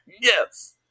Yes